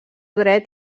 dret